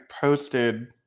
posted